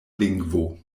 lingvo